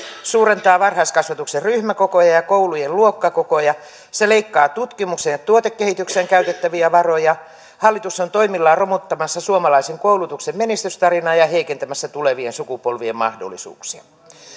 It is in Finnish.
suurentaa varhaiskasvatuksen ryhmäkokoja ja koulujen luokkakokoja se leikkaa tutkimukseen ja tuotekehitykseen käytettäviä varoja hallitus on toimillaan romuttamassa suomalaisen koulutuksen menestystarinaa ja heikentämässä tulevien sukupolvien mahdollisuuksia